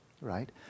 right